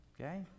Okay